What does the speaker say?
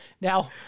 Now